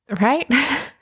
Right